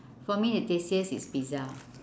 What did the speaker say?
for me the tastiest is pizza